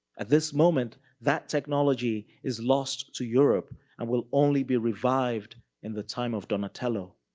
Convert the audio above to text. at this moment, that technology is lost to europe and will only be revived in the time of donatello.